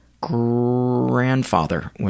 grandfather